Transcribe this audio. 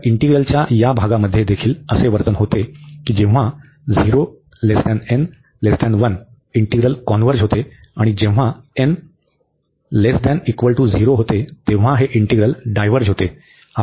तर इंटीग्रलच्या या भागामध्ये देखील असे वर्तन होते की जेव्हा इंटीग्रल कॉन्व्हर्ज होते आणि जेव्हा n≤0 होते तेव्हा हे इंटीग्रल डायव्हर्ज होते